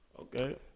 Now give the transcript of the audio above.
Okay